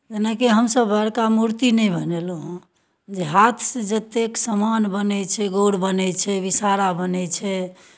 जेनाकि हमसभ बड़का मूर्ति नहि बनेलहुँ हेँ जे हाथसँ जतेक सामान बनै छै गौर बनै छै विसहारा बनै छै